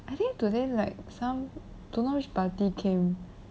I think today like some don't know which party came